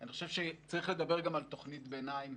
אני חושב שצריך לדבר גם על תוכנית ביניים,